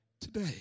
today